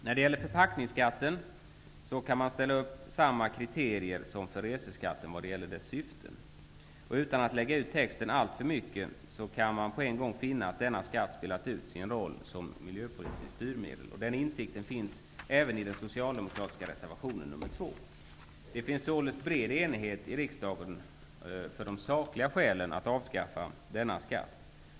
När det gäller syftet med förpackningsskatten kan man ställa upp samma kriterier som för syftet med reseskatten. Utan att lägga ut texten alltför mycket kan man på en gång finna att denna skatt spelat ut sin roll som miljöpolitiskt styrmedel. Den insikten finns även i den socialdemokratiska reservationen nr 2. Det finns således en bred enighet i riksdagen om de sakliga skälen för att avskaffa denna skatt.